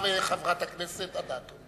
חברת הכנסת אדטו.